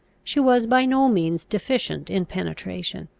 she was by no means deficient in penetration.